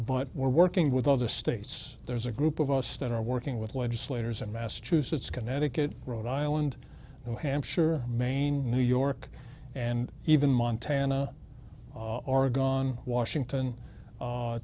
but we're working with other states there's a group of us that are working with legislators in massachusetts connecticut rhode island and hampshire maine new york and even montana are gone washington